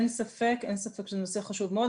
אין ספק, אין ספק שזה נושא חשוב מאוד.